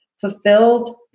fulfilled